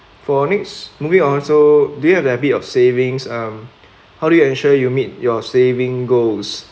for next moving also do you have the habit of savings um how do you ensure you meet your saving goals